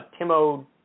Timo